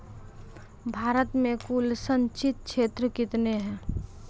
भारत मे कुल संचित क्षेत्र कितने हैं?